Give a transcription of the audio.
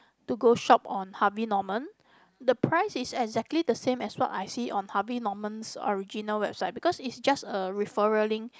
to go shop on Harvey Norman the price is exactly the same as what I see on Harvey Norman's original website because it's just a referral link